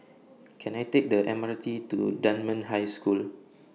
Can I Take The M R T to Dunman High School